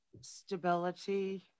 stability